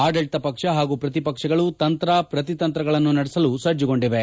ಆಡಳಿತ ಪಕ್ಷ ಹಾಗೂ ಪ್ರತಿ ಪಕ್ಷಗಳು ತಂತ್ರ ಪ್ರತಿತಂತ್ರಗಳನ್ನು ನಡೆಸಲು ಸಜ್ಜುಗೊಂಡಿವೆ